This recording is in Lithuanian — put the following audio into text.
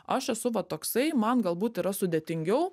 aš esu va toksai man galbūt yra sudėtingiau